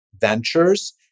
ventures